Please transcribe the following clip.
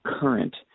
current